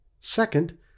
Second